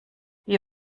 wie